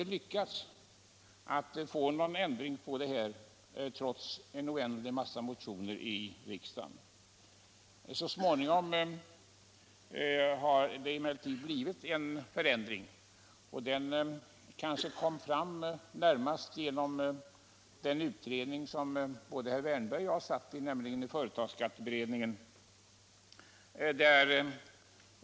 Vi lyckades inte få till stånd någon ändring trots en oändlig massa motioner i riksdagen. Så småningom har vi emellertid fått en förändring, och det kanske främst berodde på den utredning som både herr Wärnberg och jag var med i, nämligen företagsskatteberedningen.